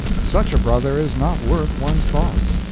such a brother is not worth one's thoughts.